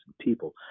people